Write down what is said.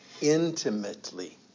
intimately